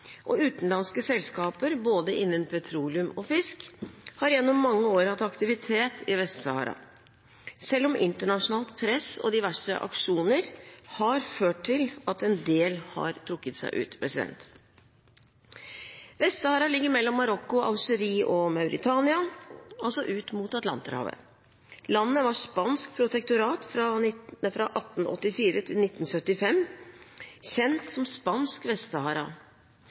Utenlandske selskaper innen både petroleum og fisk har gjennom mange år hatt aktivitet i Vest-Sahara, selv om internasjonalt press og diverse aksjoner har ført til at en del har trukket seg ut. Vest-Sahara ligger mellom Marokko, Algerie og Mauritania, altså ut mot Atlanterhavet. Landet var spansk protektorat fra 1884 til 1975, kjent som Spansk